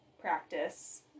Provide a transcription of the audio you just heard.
practice